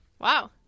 Wow